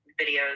videos